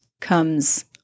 comes